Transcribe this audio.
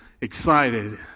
excited